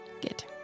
Good